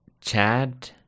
Chad